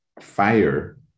fire